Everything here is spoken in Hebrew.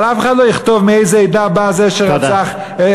אבל אף אחד לא יכתוב מאיזו עדה בא זה שרצח, תודה.